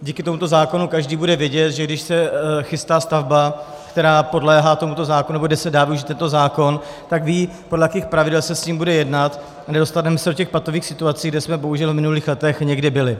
Díky tomuto zákonu každý bude vědět, že když se chystá stavba, která podléhá tomuto zákonu, nebo kde se dá využít tento zákon, tak ví, podle jakých pravidel se s ním bude jednat, a nedostaneme se do těch patových situací, kde jsme bohužel v minulých letech někdy byli.